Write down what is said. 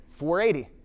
480